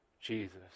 Jesus